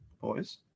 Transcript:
boys